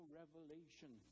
revelation